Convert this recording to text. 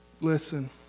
Listen